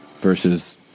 versus